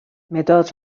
مداد